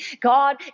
God